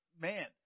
Man